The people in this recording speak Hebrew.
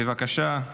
בבקשה.